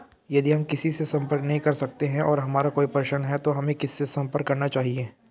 यदि हम किसी से संपर्क नहीं कर सकते हैं और हमारा कोई प्रश्न है तो हमें किससे संपर्क करना चाहिए?